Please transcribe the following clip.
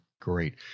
Great